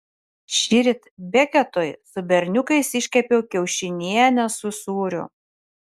šįryt beketui su berniukais iškepiau kiaušinienę su sūriu